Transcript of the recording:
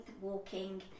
walking